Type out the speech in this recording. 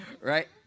Right